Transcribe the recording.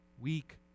weak